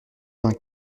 vingt